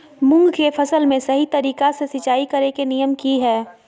मूंग के फसल में सही तरीका से सिंचाई करें के नियम की हय?